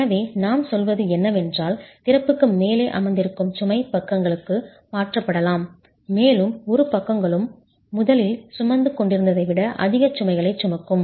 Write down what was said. எனவே நாம் சொல்வது என்னவென்றால் திறப்புக்கு மேலே அமர்ந்திருக்கும் சுமை பக்கங்களுக்கு மாற்றப்படலாம் மேலும் இரு பக்கங்களும் முதலில் சுமந்து கொண்டிருந்ததை விட அதிக சுமைகளைச் சுமக்கும்